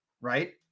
right